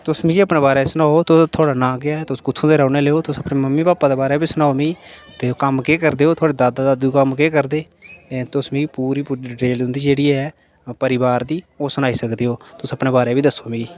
तुस मिगी अपने बारै सनाओ तो थुआढ़ा नांऽ केह् ऐ तुस कुत्थुू दे रौह्ने आह्ले ओ तुस मम्मी भापै दे बारै बी सनाओ मिगी ते कम्म केह् करदे ते ओह् थुआढ़े दादा दादू कम्म केह् करदे तुस मिगी पूरी पू डिटेल उं'दी जेह्ड़ी ऐ परिवार दी ओह् सनाई सकदे ओ तुस अपने बारै बी दस्सो मिगी